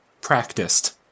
practiced